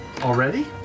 Already